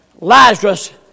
Lazarus